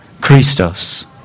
Christos